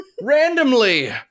randomly